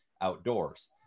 outdoors